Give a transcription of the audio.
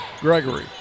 Gregory